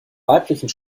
weiblichen